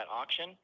auction